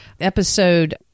episode